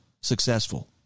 successful